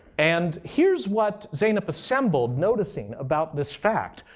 and here's what zeynep assembled noticing about this fact.